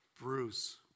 Bruce